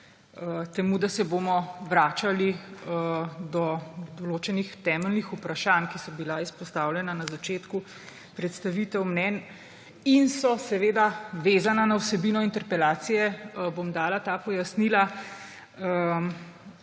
temu, da se bomo vračali do določenih temeljnih vprašanj, ki so bila izpostavljena na začetku predstavitev mnenj in so seveda vezana na vsebino interpelacije, bom dala ta pojasnila.